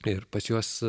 ir pas juos